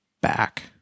back